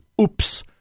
Oops